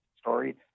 story